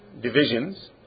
divisions